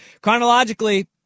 chronologically